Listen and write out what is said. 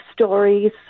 stories